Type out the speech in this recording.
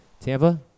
Tampa